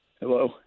Hello